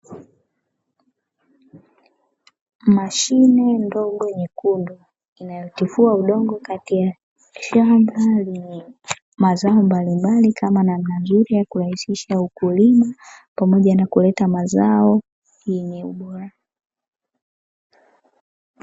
Mashine ndogo nyekundu inayotifua udongo kati ya shamba lenye mazao mbalimbali, kama namna nzuri ya kurahisisha ukulima pamoja na kuleta mazao yenye ubora.